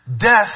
death